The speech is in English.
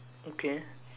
okay